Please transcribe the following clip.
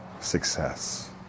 success